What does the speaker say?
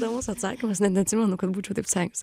įdomus atsakymas net neatsimenu kad būčiau taip sakius